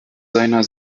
seiner